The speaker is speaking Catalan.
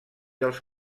els